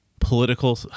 political